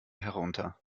herunter